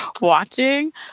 watching